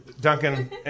Duncan